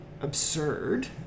absurd